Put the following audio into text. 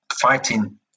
fighting